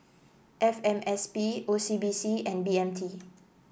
F M S P O C B C and B M T